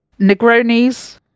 Negronis